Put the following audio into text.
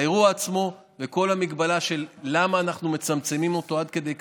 האירוע עצמו וכל המגבלה למה אנחנו מצמצמים אותו עד כדי כך,